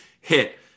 hit